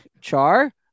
Char